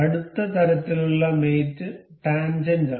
അടുത്ത തരത്തിലുള്ള മേറ്റ് ടാൻജെന്റാണ്